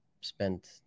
spent